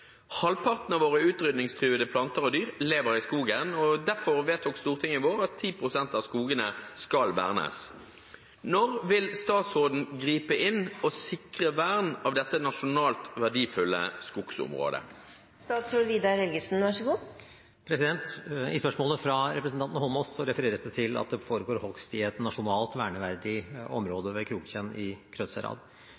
Halvparten av våre utrydningstruede planter og dyr lever i skogen. Derfor vedtok Stortinget i vår at 10 pst. av skogene skal vernes. Når vil statsråden gripe inn og sikre vern av dette nasjonalt verdifulle skogsområdet?» I spørsmålet fra representanten Eidsvoll Holmås refereres det til at det foregår hogst i et «nasjonalt verneverdig»